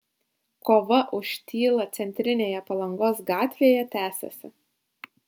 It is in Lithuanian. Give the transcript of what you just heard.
kova už tylą centrinėje palangos gatvėje tęsiasi